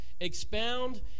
expound